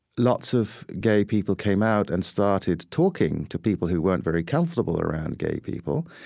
lots of gay people came out and started talking to people who weren't very comfortable around gay people,